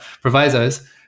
provisos